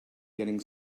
getting